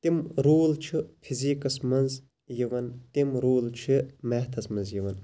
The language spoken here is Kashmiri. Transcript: تِم روٗل چھُ فِزِکس مَنٛز یِوان تِم روٗل چھِ میتھَس مَنٛز یِوان